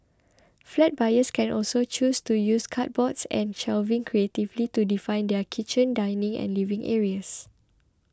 flat buyers can also choose to use cupboards and shelving creatively to define their kitchen dining and living areas